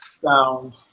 sound